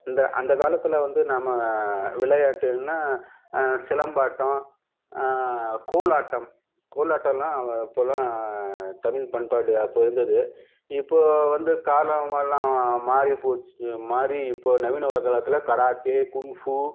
இந்த அந்த காலத்தில் வந்து நம்ம விளையாட்டுன்னா சிலம்பாட்டம் கோலாட்டம் கோலாட்டல்லா இப்போலாம் தமிழ் பண்பாடு அப்போது இருந்தது இப்போது வந்து காலம் எல்லாம் மாதிரி போச்சி மாதிரி இப்போது நவீன உலகலத்தில் கராத்தே கும்ஃபு